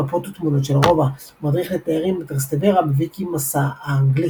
מפות ותמונות של הרובע מדריך לתיירים בטרסטוורה בויקימסע האנגלי